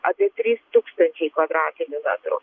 apie trys tūkstančiai kvadratinių metrų